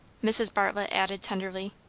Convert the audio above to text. mrs. bartlett added tenderly.